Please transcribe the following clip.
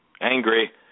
angry